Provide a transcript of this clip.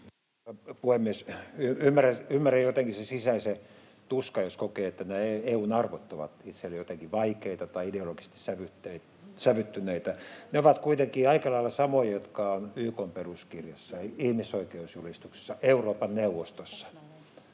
Ymmärrän jotenkin sen sisäisen tuskan, jos kokee, että nämä EU:n arvot ovat itselle jotenkin vaikeita tai ideologisesti sävyttyneitä. Ne ovat kuitenkin aika lailla samoja, jotka ovat YK:n peruskirjassa, ihmisoikeusjulistuksessa, Euroopan neuvostossa,